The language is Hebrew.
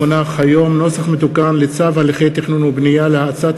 נוסח מתוקן של צו הליכי תכנון ובנייה להאצת